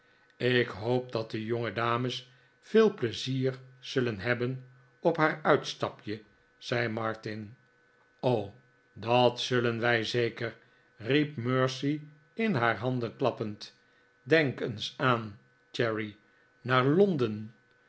ik hoop dat de jongedames veel pleizier zullen hebben op haar uitstapje zei martin dat zullen wij zeker riep mercy in haar handen klappend denk eens aan cherry naar londen